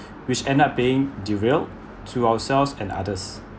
which end up being derailed to ourselves and others